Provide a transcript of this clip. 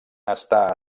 està